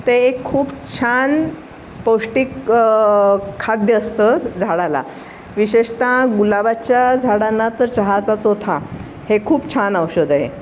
ते एक खूप छान पौष्टिक खाद्य असतं झाडाला विशेषतः गुलाबाच्या झाडांना तर चहाचा चोथा हे खूप छान औषध आहे